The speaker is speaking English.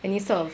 any sort of